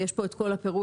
בה יש את כל הפירוט,